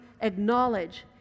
acknowledge